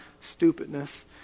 stupidness